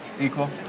Equal